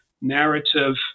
narrative